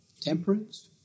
temperance